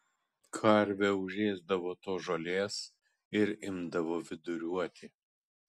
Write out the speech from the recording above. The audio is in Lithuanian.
karvė užėsdavo tos žolės ir imdavo viduriuoti